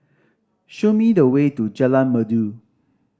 show me the way to Jalan Merdu